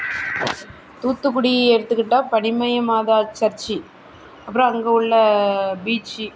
தூத்துக்குடி எடுத்துக்கிட்டால் படிமயம் மாதா சர்ச்சு அப்பறம் அங்கே உள்ள பீச்சு